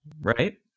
Right